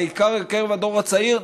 בעיקר בקרב הדור הצעיר,